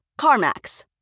CarMax